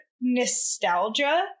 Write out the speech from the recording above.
nostalgia